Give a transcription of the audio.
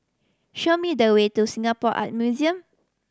show me the way to Singapore Art Museum